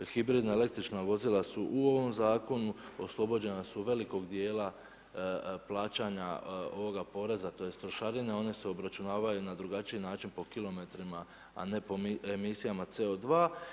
Hibridna električna vozila su u ovom zakonu, oslobođena su velikog dijela plaćanja ovoga poreza tj. trošarine, one se obračunavaju na drugačiji način po kilometrima a ne po emisijama CO2.